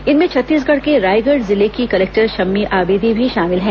इनमें छत्तीसगढ़ के रायगढ़ जिले की कलेक्टर शम्मी आबिदी भी शामिल हैं